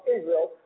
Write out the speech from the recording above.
Israel